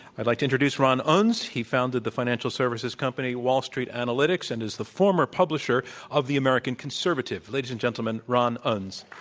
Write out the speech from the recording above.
i'd like to introduce ron unz. he founded the financial services company wall street analytics and is the former publisher of the american conservative. ladies and gentlemen, ron unz.